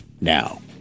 now